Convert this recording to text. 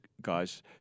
guys